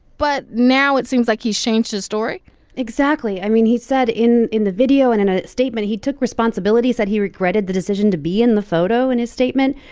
but now it seems like he's changed his story exactly. i mean, he said in in the video and in a statement he took responsibility, said he regretted the decision to be in the photo in his statement.